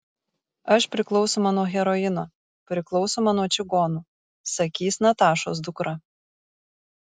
aš priklausoma nuo heroino priklausoma nuo čigonų sakys natašos dukra